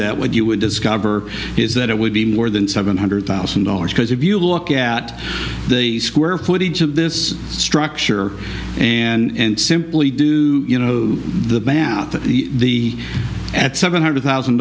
that what you would discover is that it would be more than seven hundred thousand dollars because if you look at the square footage of this structure and simply do you know the man out to the at seven hundred thousand